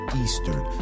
eastern